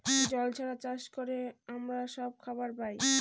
জল ছাড়া চাষ করে আমরা সব খাবার পায়